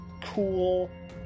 cool